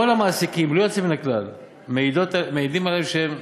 כל המעסיקים, בלי יוצא מן הכלל, מעידים עליהן שהן,